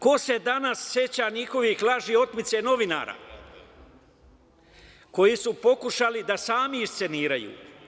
Ko se danas seća njihovih laži o otmici novinara koji su pokušali da sami isceniraju?